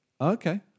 Okay